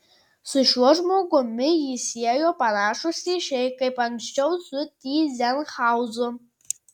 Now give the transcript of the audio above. su šiuo žmogumi jį siejo panašūs ryšiai kaip anksčiau su tyzenhauzu